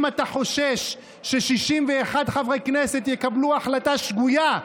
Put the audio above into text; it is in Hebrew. אם אתה חושש ש-61 חברי כנסת יקבלו החלטה שגויה,